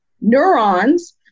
neurons